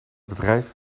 bedrijf